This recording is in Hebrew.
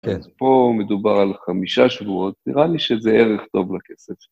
כן. -אז פה מדובר על חמישה שבועות, נראה לי שזה ערך טוב לכסף.